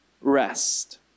rest